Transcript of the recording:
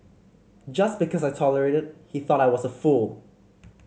just because I tolerated he thought I was a fool